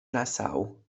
nassau